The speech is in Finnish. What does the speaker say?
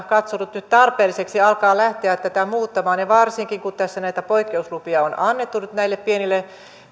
katsonut nyt tarpeelliseksi alkaa lähteä muuttamaan varsinkin kun tässä näitä poikkeuslupia on annettu nyt näille pienillekin